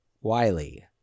Wiley